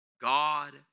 God